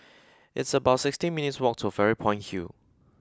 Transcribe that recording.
it's about sixteen minutes' walk to Fairy Point Hill